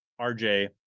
RJ